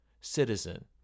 citizen